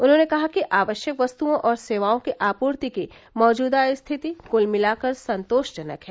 उन्होंने कहा कि आवश्यक वस्तुओं और सेवाओं की आपूर्ति की मौजूदा स्थिति कुल मिलाकर संतोषजनक है